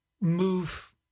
move